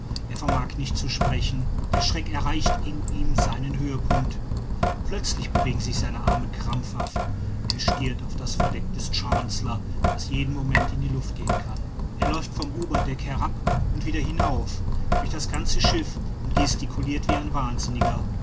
er vermag nicht zu sprechen der schreck erreicht in ihm seinen höhepunkt plötzlich bewegen sich seine arme krampfhaft er stiert auf das verdeck des chancellor das jeden moment in die luft gehen kann er läuft vom oberdeck herab und wieder hinauf durch das ganze schiff und gesticulirt wie ein wahnsinniger